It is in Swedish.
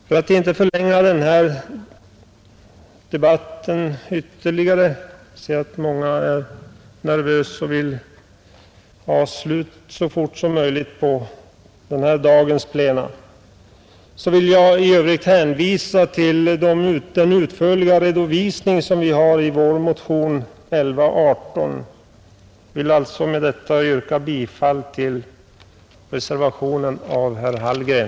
För att inte förlänga denna debatt ytterligare — jag ser att många är nervösa och vill ha slut så fort som möjligt på dagens plenum — så vill jag i övrigt hänvisa till den utförliga redovisning som vi har lämnat i vår motion nr 1118. Jag ber med detta att få yrka bifall till reservationen av herr Hallgren.